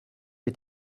est